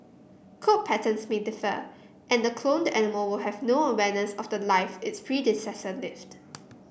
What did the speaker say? coat patterns may differ and the cloned animal will have no awareness of the life its predecessor lived